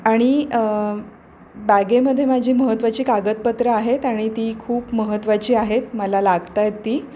आणि बॅगेमध्ये माझी महत्त्वाची कागदपत्रं आहेत आणि ती खूप महत्त्वाची आहेत मला लागत आहेत ती